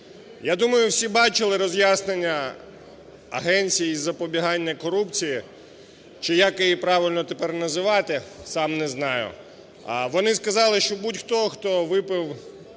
Я думаю, всі бачили роз'яснення агенції із запобігання корупції, чи як її правильно тепер називати, сам не знаю. Вони сказали, що будь-хто, хто випив